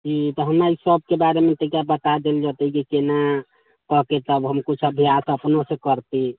जी तऽ हम अइ शॉपके बारेमे तनिका बता देल जेतै कि केना कऽ के तब हम कुछ अभ्यास अपनो सँ करती